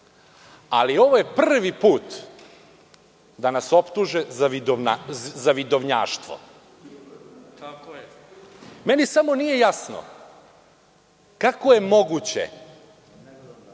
Ali, ovo je prvi put da nas optuže za vidovnjaštvo. Samo mi nije jasno, kako je moguće,